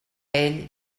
ell